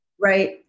Right